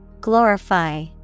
Glorify